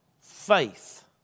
Faith